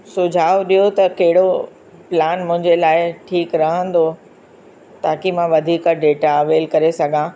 सुझाव ॾियो त कहिड़ो प्लान मुंहिंजे लाइ ठीकु रहंदो ताकि मां वधीक डेटा अवेल करे सघां